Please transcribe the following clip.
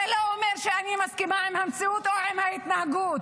זה לא אומר שאני מסכימה עם המציאות או עם ההתנהגות.